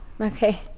okay